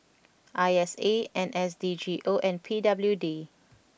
I S A N S D G O and P W D